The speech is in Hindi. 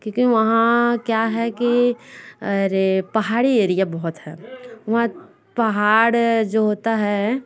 क्योंकि वहाँ क्या है कि अरे पहाड़ी एरिया बहूत है वहाँ पहाड़ जो होता है